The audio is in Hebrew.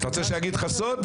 אתה רוצה שאני אגיד לך סוד?